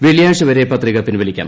വെള്ളിയാഴ്ച വരെ പത്രിക പിൻവലിക്കാം